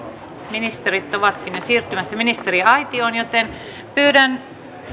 ministerit ovatkin jo siirtymässä ministeriaitioon joten pyydän